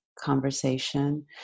conversation